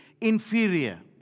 inferior